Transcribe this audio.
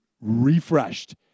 refreshed